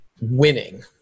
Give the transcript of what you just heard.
winning